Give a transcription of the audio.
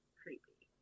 creepy